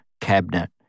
cabinet